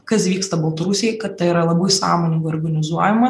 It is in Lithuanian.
kas vyksta baltarusijoj kad tai yra labai sąmoningai organizuojama